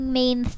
main